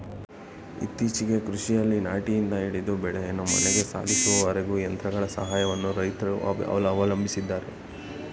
ಇತ್ತೀಚೆಗೆ ಕೃಷಿಯಲ್ಲಿ ನಾಟಿಯಿಂದ ಹಿಡಿದು ಬೆಳೆಯನ್ನು ಮನೆಗೆ ಸಾಧಿಸುವವರೆಗೂ ಯಂತ್ರಗಳ ಸಹಾಯವನ್ನು ರೈತ್ರು ಅವಲಂಬಿಸಿದ್ದಾರೆ